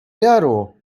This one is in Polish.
jaru